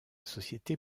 société